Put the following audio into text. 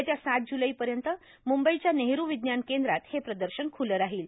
येत्या सात जुलैपर्यंत मुंबईच्या नेहरू विज्ञान केंद्रात हे प्रदर्शन ख्रलं राहील